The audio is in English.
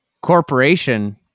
corporation